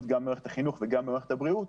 גם במערכת החינוך וגם במערכת הבריאות.